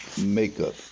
makeup